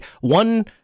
one